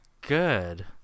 Good